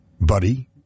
Buddy